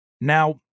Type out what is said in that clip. Now